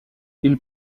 ils